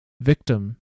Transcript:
Victim